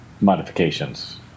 Modifications